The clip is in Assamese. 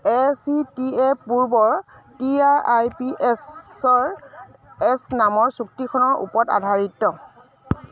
এ চি টি এ পূৰ্বৰ টি আৰ আই পি এছৰ এছ নামৰ চুক্তিখনৰ ওপৰত আধাৰিত